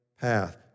path